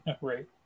Right